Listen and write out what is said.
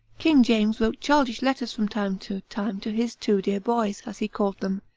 king james wrote childish letters from time to time to his two dear boys, as he called them,